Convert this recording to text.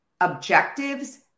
objectives